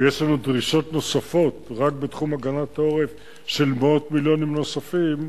ויש לנו דרישות נוספות רק בתחום הגנת העורף של מאות מיליונים נוספים,